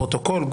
פרוטוקול,